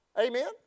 Amen